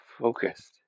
focused